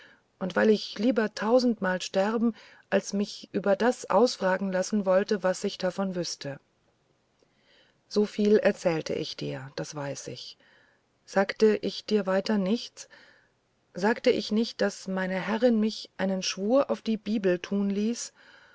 und weil ich lieber tausendmal sterben als mich über das ausfragen lassen wollte was ich davon wüßte sovielerzählteichdir dasweißich sagteichdirnichtsweiter sagteichnicht daß meine herrin mich einen schwur auf die bibel tun ließ